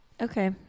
Okay